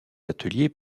ateliers